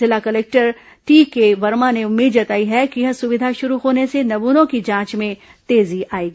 जिला collector T K Verma ने उम्मीद जताई कि यह सुविधा शुरू होने से नमूनों की जांच में तेजी आएगी